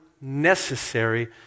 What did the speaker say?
necessary